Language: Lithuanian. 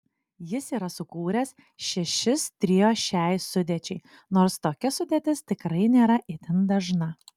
jis yra sukūręs šešis trio šiai sudėčiai nors tokia sudėtis tikrai nėra itin dažna